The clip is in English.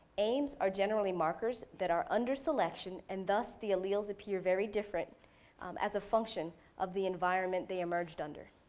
aims are generally markers that are under selection and thus the alleles appear very different as a function of the environment they emerged under.